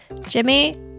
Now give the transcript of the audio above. Jimmy